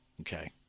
Okay